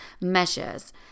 measures